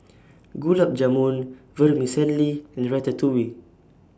Gulab Jamun Vermicelli and Ratatouille